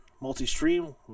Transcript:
multi-stream